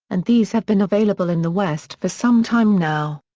and these have been available in the west for some time now.